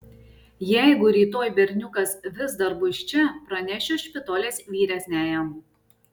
jeigu rytoj berniukas vis dar bus čia pranešiu špitolės vyresniajam